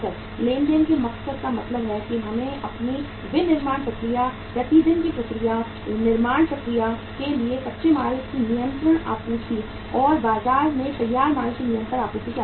लेन देन के मकसद का मतलब है कि हमें अपनी विनिर्माण प्रक्रिया दिन प्रतिदिन की प्रक्रिया निर्माण प्रक्रिया के लिए कच्चे माल की निरंतर आपूर्ति और बाजार में तैयार माल की निरंतर आपूर्ति की आवश्यकता है